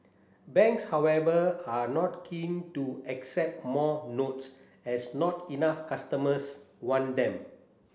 banks however are not keen to accept more notes as not enough customers want them